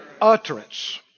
utterance